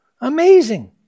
Amazing